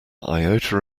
iota